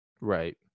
Right